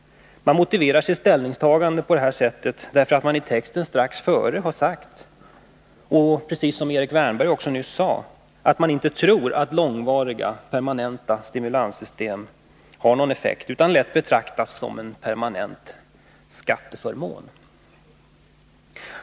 Man motiverar sitt ställningstagande på detta sätt, därför att man itexten strax före har sagt — precis som Erik Wärnberg nyss sade här —att man inte tror att långvariga permanenta stimulanssystem har någon effekt utan lätt betraktas som en permanent skatteförmån.